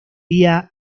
día